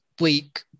week